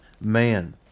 man